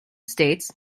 states